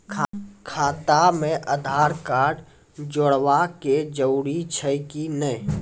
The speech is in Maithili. खाता म आधार कार्ड जोड़वा के जरूरी छै कि नैय?